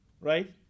right